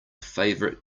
favorite